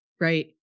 Right